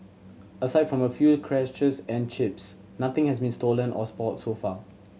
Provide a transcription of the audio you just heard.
aside from a few scratches and chips nothing has been stolen or spoilt so far